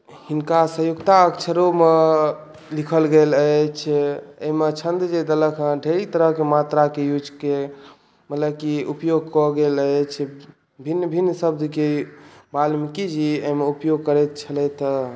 हिनका सँयुक्ताक्षरोमे लिखल गेल अछि एहिमे छन्द जे देलक हँ ढ़ेरी तरहके मात्राके युजके मतलब कि उपयोग कएल गेल अछि भिन्न भिन्न शब्दकेँ बाल्मिकीजी एहिमे उपयोग करै छलथि हँ